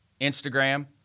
Instagram